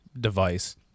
device